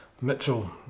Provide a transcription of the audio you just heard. Mitchell